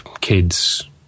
kids